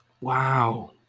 Wow